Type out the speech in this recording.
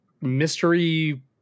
mystery